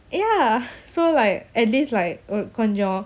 ya so like at least like uh கொஞ்சம்:konjam